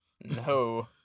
No